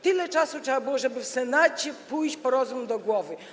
Tyle czasu trzeba było, żeby wreszcie w Senacie pójść po rozum do głowy.